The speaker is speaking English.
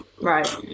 Right